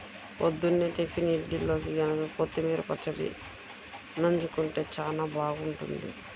పొద్దున్నే టిఫిన్ ఇడ్లీల్లోకి గనక కొత్తిమీర పచ్చడి నన్జుకుంటే చానా బాగుంటది